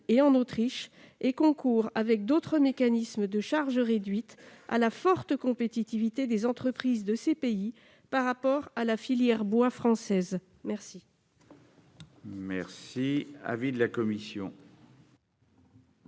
et en Autriche, et concourt, avec d'autres mécanismes de charges réduites, à la forte compétitivité des entreprises de ces pays par rapport à la filière bois française. Quel est l'avis de la commission